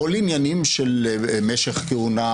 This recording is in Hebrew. כל עניינים של משך כהונה,